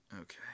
Okay